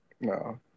No